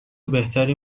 بهتری